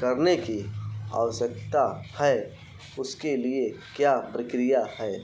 करने की आवश्यकता है इसके लिए क्या प्रक्रिया है